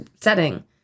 setting